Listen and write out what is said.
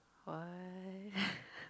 what